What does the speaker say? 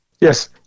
Yes